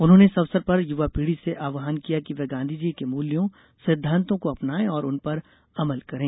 उन्होंने इस अवसर पर युवा पीढी से आव्हान किया कि वे गांधी के मूल्यों सिद्वांतों को अपनाएं और उन पर अमल करे